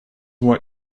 what